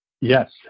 Yes